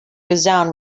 resound